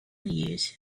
years